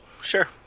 Sure